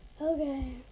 Okay